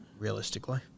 Realistically